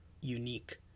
unique